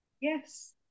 yes